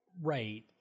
Right